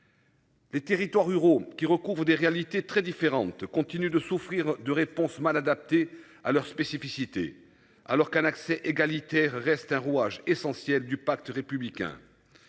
Les territoires ruraux qui recouvre des réalités très différentes continuent de souffrir de réponse mal adaptés à leurs spécificités. Alors qu'un accès égalitaire reste un rouage essentiel du pacte républicain.